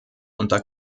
unter